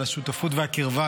על השותפות והקרבה,